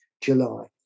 July